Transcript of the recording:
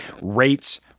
rates